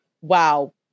wow